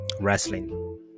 wrestling